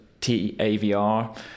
TAVR